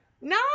no